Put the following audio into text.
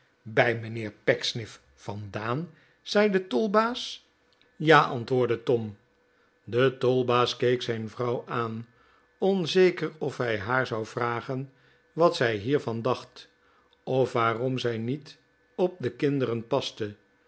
bij mijnheer pecksniff vandaan zei de tolbaas ja antwoordde tom de tolbaas keek zijn vrouw aan onzeker of hij haar zou vragen wat zij hiervan dacht of waarom zij niet op de kinderen paste